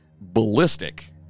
Ballistic